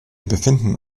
befinden